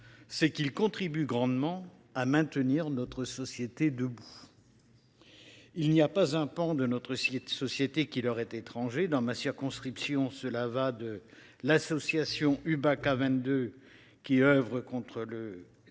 : ils contribuent grandement à maintenir notre société debout. Il n’y a pas un pan de notre société qui leur soit étranger. Dans ma circonscription, l’association Ubaka 22 lutte contre le